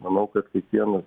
manau kad kiekvienas